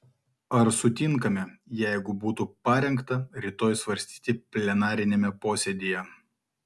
ar sutinkame jeigu būtų parengta rytoj svarstyti plenariniame posėdyje